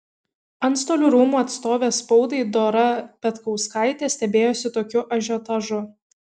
antstolių rūmų atstovė spaudai dora petkauskaitė stebėjosi tokiu ažiotažu